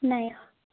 ନାହିଁ